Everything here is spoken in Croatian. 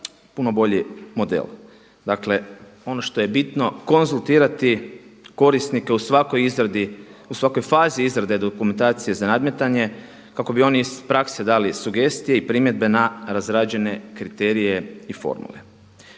puno bolji model. Dakle, ono što je bitno konzultirati korisnike u svakoj izradi, u svakoj fazi izrade dokumentacije za nadmetanje kako bi oni iz prakse dali sugestije i primjedbe na razrađene kriterije i formule.